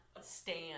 stand